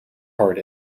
heart